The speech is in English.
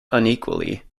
unequally